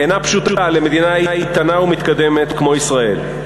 אינה פשוטה למדינה איתנה ומתקדמת כמו ישראל.